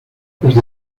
desde